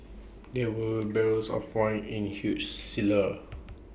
there were barrels of wine in huge cellar